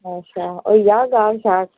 अच्छा होई जाग गाह्क शाह्क